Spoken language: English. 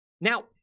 now